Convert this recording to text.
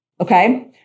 okay